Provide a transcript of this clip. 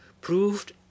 proved